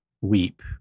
weep